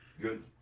Good